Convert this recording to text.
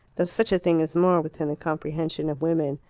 though such a thing is more within the comprehension of women.